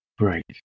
Right